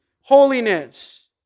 Holiness